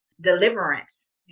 deliverance